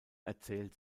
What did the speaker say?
erzählt